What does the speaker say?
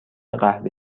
قهوه